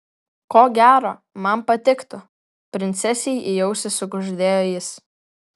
ko gero man patiktų princesei į ausį sukuždėjo jis